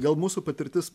gal mūsų patirtis